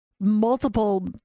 multiple